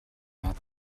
not